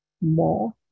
more